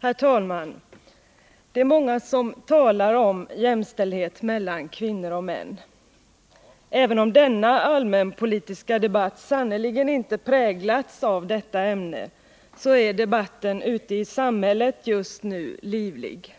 Herr talman! Det är många som talar om jämställdhet mellan kvinnor och män. Även om den allmänpolitiska debatten inte dominerats av detta ämne så är den debatten ute i samhället just nu väldigt livlig.